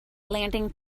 landing